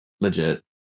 Legit